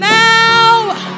now